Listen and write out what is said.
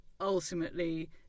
ultimately